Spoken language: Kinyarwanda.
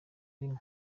irimo